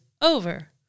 over